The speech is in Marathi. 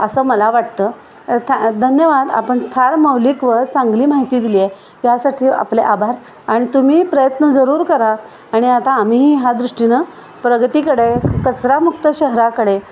असं मला वाटतं था धन्यवाद आपण फार मौलिक व चांगली माहिती दिलीये यासाठी आपले आभार आणि तुम्ही प्रयत्न जरूर करा आणि आता आम्ही ह्या दृष्टीनं प्रगतीकडे कचरामुक्त शहराकडे